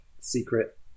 secret